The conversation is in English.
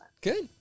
Good